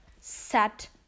set